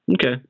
Okay